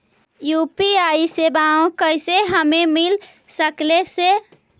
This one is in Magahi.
यु.पी.आई सेवाएं कैसे हमें मिल सकले से?